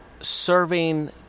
serving